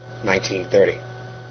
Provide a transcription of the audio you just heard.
1930